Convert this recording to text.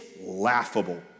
laughable